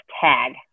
tag